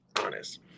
honest